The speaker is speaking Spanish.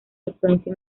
influencia